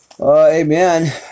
Amen